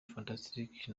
fantastic